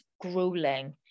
grueling